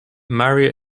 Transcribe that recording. mary